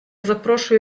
запрошую